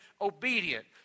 obedient